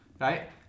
right